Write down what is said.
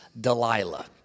Delilah